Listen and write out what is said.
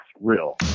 real